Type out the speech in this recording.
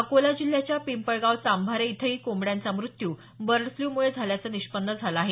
अकोला जिल्ह्याच्या पिंपळगाव चांभारे इथही कोंबड्यांचा मृत्यू बर्ड फ्ल्यू मुळे झाल्याचं निष्पन्न झालं आहे